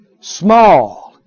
Small